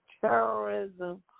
terrorism